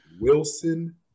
Wilson